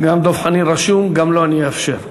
גם דב חנין רשום, גם לו אני אאפשר.